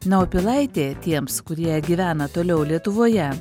na o pilaitė tiems kurie gyvena toliau lietuvoje